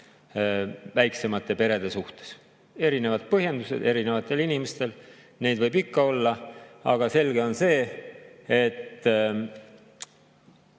väiksemate perede suhtes. Erinevad põhjendused on erinevatel inimestel. Neid võib ikka olla, aga selge on see, et